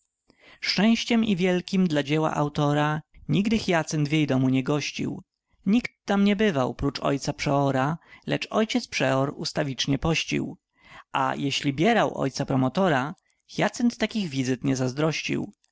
szczęściem i wielkiem dla dzieła autora nigdy hyacynt w jej domu nie gościł nikt tam nie bywał prócz ojca przeora lecz ojciec przeor ustawicznie pościł a jeśli bierał ojca promotora hyacynt takich wizyt nie zazdrościł